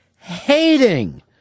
hating